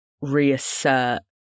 reassert